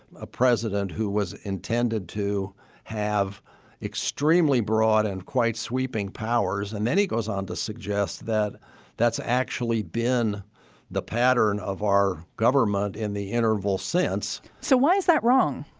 a president who was intended to have extremely broad and quite sweeping powers. and then he goes on to suggest that that's actually been the pattern of our government in the interval since. so why is that wrong?